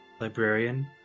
librarian